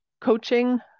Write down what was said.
coaching